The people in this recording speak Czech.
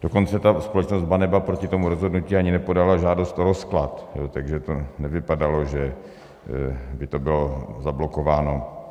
Dokonce ta společnost Baneba proti tomu rozhodnutí ani nepodala žádost o rozklad, takže to nevypadalo, že by to bylo zablokováno.